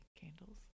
candles